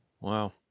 Wow